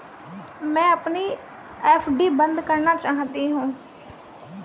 मैं अपनी एफ.डी बंद करना चाहती हूँ